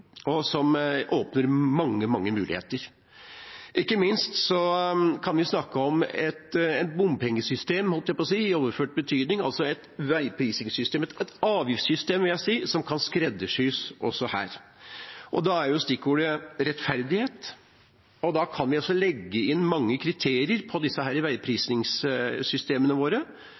og som åpner mange muligheter. Ikke minst kan vi snakke om et «bompengesystem» – i overført betydning – altså et avgiftssystem, vil jeg si, som kan skreddersys også her. Da er stikkordet «rettferdighet». Da kan vi legge inn mange kriterier for veiprisingssystemene våre.